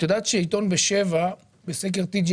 את יודעת שעיתון "בשבע" בסקר TGI